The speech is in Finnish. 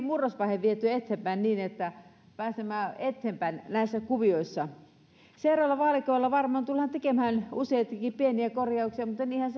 murrosvaiheen vietyä eteenpäin niin että pääsemme eteenpäin näissä kuvioissa seuraavalla vaalikaudella varmaan tullaan tekemään useitakin pieniä korjauksia mutta niinhän